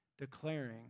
declaring